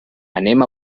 anem